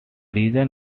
region